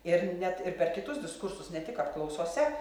ir net ir per kitus diskursus ne tik apklausose